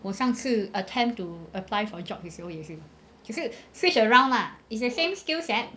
我上次 attempt to apply for a job 也是这样就是 switch around lah it's the same skill set